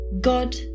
god